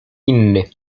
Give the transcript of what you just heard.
inny